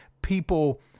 people